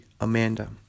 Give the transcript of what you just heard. Amanda